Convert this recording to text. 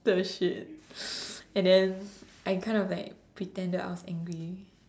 the shit and then I kind of like pretend that I was angry